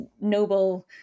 noble